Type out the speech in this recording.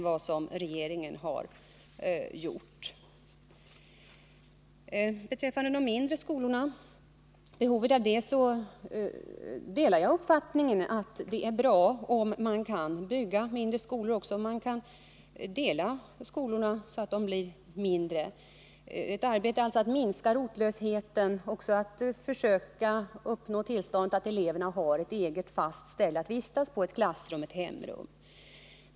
Vad beträffar behovet av mindre skolor delar jag uppfattningen att det är bra om man kan bygga mindre skolor och även om man kan dela på befintliga skolor, så att de blir mindre. Vi bör alltså arbeta på att minska rotlösheten och försöka åstadkomma att eleverna har ett eget fast ställe att vistas på — ett klassrum eller ett hemrum.